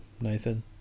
Nathan